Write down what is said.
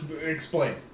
Explain